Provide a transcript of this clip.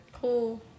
Cool